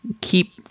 keep